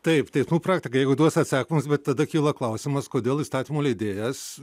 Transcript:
taip teismų praktika jeigu duos atsakymus bet tada kyla klausimas kodėl įstatymų leidėjas